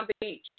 Beach